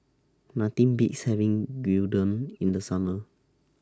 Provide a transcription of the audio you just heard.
Nothing Beats having Gyudon in The Summer